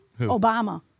Obama